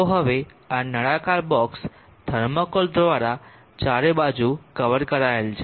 તો હવે આ નળાકાર બોક્ષ થર્મોકોલ દ્વારા ચારે બાજુ કવર કરાયેલ છે